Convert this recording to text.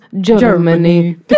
Germany